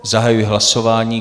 Zahajuji hlasování.